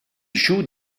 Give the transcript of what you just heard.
joue